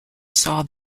saw